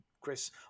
Chris